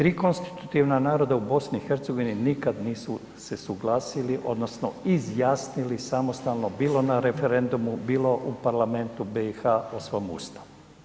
3 konstitutivna naroda u BiH nikad nisu se suglasili odnosno izjasnili samostalno, bilo na referendumu, bilo u parlamentu BiH o svom Ustavu.